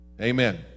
Amen